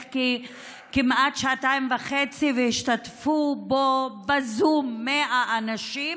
כמעט שעתיים וחצי והשתתפו בו בזום 100 אנשים,